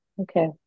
Okay